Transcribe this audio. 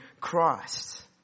Christ